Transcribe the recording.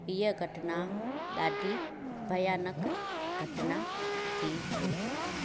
हीअ घटना ॾाढी भयानकु घटना थी हुई